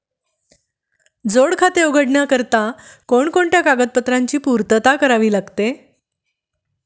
जोड खाते उघडण्याकरिता कोणकोणत्या कागदपत्रांची पूर्तता करावी लागते?